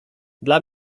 dla